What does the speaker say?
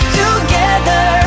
together